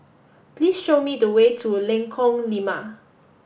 please show me the way to Lengkong Lima